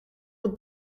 het